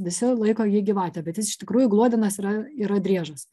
visi laiko jį gyvate bet jis iš tikrųjų gluodenas yra yra driežas